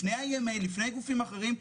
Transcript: לפני גופים אחרים,